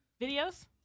videos